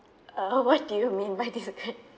oh what do you mean by this